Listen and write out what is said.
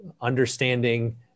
understanding